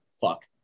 fuck